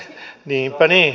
niinpä niin